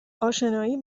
آشنایی